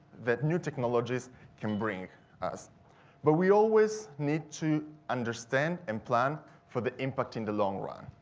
that new technologies can bring us but we always need to understand and plan for the impact in the long run.